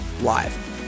Live